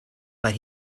but